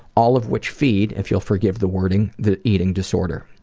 all of which feed, if you'll forgive the wording, the eating disorder.